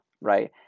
right